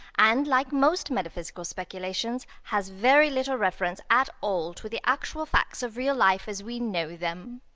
and like most metaphysical speculations has very little reference at all to the actual facts of real life, as we know them.